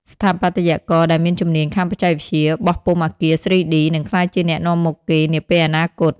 ស្ថាបត្យករដែលមានជំនាញខាងបច្ចេកវិទ្យា "បោះពុម្ពអគារ 3D" នឹងក្លាយជាអ្នកនាំមុខគេនាពេលអនាគត។